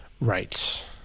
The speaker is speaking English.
Right